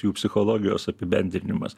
jų psichologijos apibendrinimas